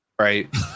right